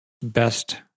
Best